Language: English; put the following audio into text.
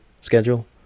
schedule